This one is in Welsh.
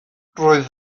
roedd